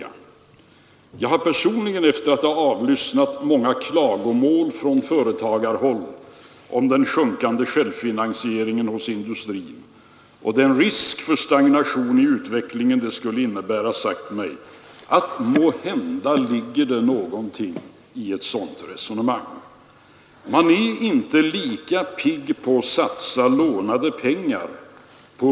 Jag har personligen 24 maj 1973 efter att ha avlyssnat många klagomål från företagarhåll om den sjunkande självfinansieringen hos industrin och den risk för stagnation i Allmänna pensionsutvecklingen det skulle innebära sagt mig att måhända ligger det en del i fondens förvaltning, detta resonemang. Man är inte lika pigg på att satsa lånade pengar på =”.